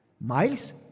Miles